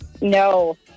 No